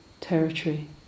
territory